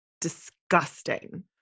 disgusting